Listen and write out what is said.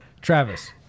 Travis